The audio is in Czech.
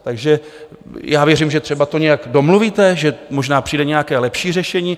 Takže já věřím, že třeba to nějak domluvíte, že možná přijde nějaké lepší řešení.